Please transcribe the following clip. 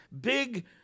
big